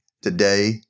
Today